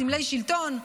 סמלי שלטון,